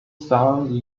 sang